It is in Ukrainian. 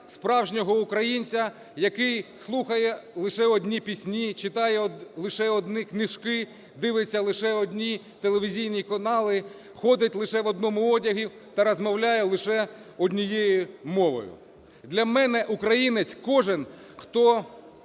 справжнього українця: який слухає лише одні пісні, читає лише одна книжки, дивиться лише одні телевізійні канали, ходить лише в одному одязі та розмовляє лише однією мовою. Для мене українець – кожен, хто